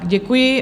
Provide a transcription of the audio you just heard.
Děkuji.